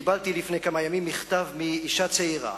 לפני כמה ימים קיבלתי מכתב מאשה צעירה,